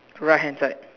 right hand side